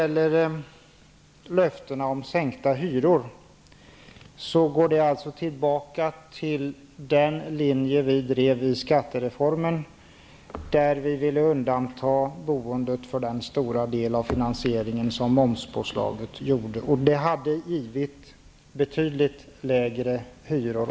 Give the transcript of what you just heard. Löftena om sänkta hyror går tillbaka till den linje som vi drev inför beslutet om skattereformen, då vi ville undanta boendet från den stora del av finansieringen som momspåslaget innebar. Det hade gett betydligt lägre hyror.